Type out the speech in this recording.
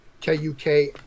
k-u-k